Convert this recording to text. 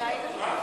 מה?